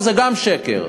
זה גם שקר.